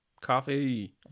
Coffee